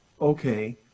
okay